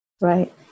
Right